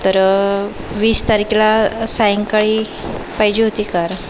तर वीस तारखेला सायंकाळी पाहिजे होती कार